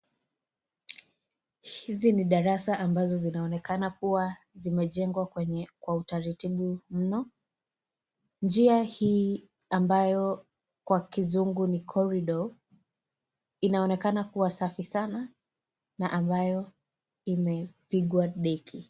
Hizi ni darasa ambazo zinaonekana kuwa zimejengwa kwa utaratibu mno, njia hii ambayo kwa kizungu ni corridor inaonekana kuwa safi sana na ambayo imepigwa deki.